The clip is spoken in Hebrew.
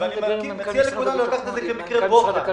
אני מציע לכולנו לקחת את זה כמקרה בוחן.